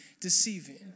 deceiving